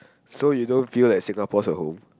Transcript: so you don't feel like Singapore's your home